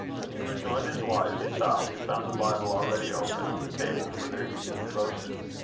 when he rejoined his wife and child, he found the bible already open on the table for their evening devotions.